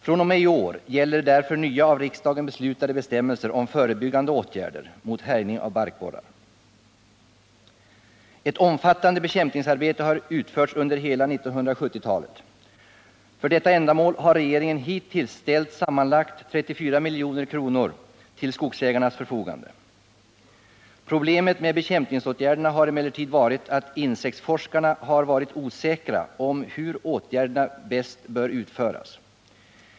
fr.o.m. i år gäller därför nya av riksdagen beslutade bestämmelser om förebyggande åtgärder mot härjning av barkborrar. Ett omfattande bekämpningsarbete har utförts under hela 1970-talet. För detta ändamål har regeringen hittills ställt sammanlagt 34 milj.kr. till skogsägarnas förfogande. Problemet med bekämpningsåtgärderna har emellertid varit att insektsforskarna har varit osäkra om hur åtgärderna bäst bör utföras.